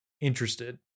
interested